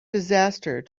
disaster